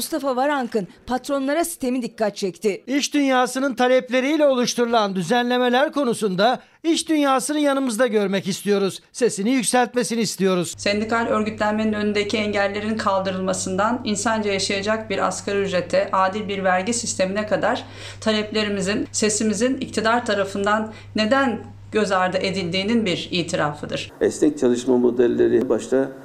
Mustafa Varank'ın patronlara sitemi dikkat çekti. İş dünyasının talepleriyle oluşturulan düzenlemeler konusunda iş dünyasını yanımızda görmek istiyoruz. Sesini yükseltmesini istiyoruz. Sendikal örgütlenmenin önündeki engellerin kaldırılmasından insanca yaşayacak bir asgari ücrete, adil bir vergi sistemine kadar taleplerimizin, sesimizin iktidar tarafından neden göz ardı edildiğinin bir itirafıdır. Esnek çalışma modelleri başta-